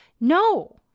No